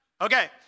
Okay